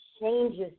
changes